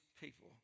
people